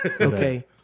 Okay